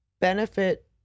benefit